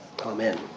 Amen